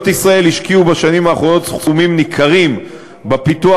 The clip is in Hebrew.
ישראל השקיעו בשנים האחרונות סכומים ניכרים בפיתוח